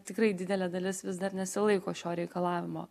tikrai didelė dalis vis dar nesilaiko šio reikalavimo